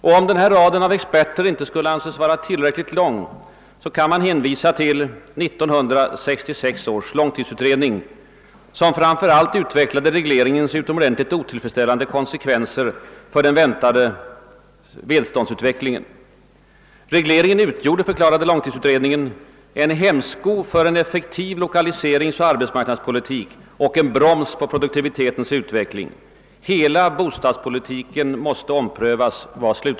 Om denna rad av experter inte skulle anses vara tillräckligt lång kan jag hänvisa till 1966 års långtidsutredning, som framför allt utvecklat synpunkter på regleringens utomordentligt otillfredsställande konsekvenser för den väntade välståndsutvecklingen. Regleringen utgör, förklarade långtidsutredningen, en hämsko för en effektiv lokaliseringsoch arbetsmarknadspolitik och en broms på produktivitetsutvecklingen. Slutsatsen var att hela bostadspolitiken måste omprövas.